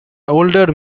older